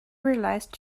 realized